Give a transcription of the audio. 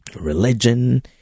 religion